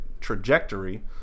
trajectory